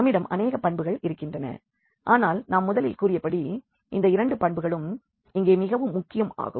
நம்மிடம் அநேக பண்புகள் இருக்கின்றன ஆனால் நான் முதலில் கூறியபடி இந்த 2 பண்புகளும் இங்கே மிகவும் முக்கியம் ஆகும்